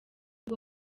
bwo